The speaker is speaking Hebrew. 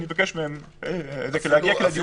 אני אבקש מהם להגיע לדיון הבא.